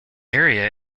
area